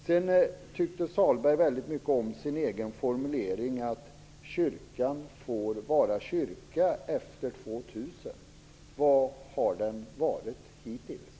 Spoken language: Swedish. Pär-Axel Sahlberg tyckte väldigt mycket om sin egen formulering om att kyrkan får vara kyrka efter år 2000. Vad har den varit hittills?